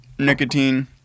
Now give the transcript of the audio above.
Nicotine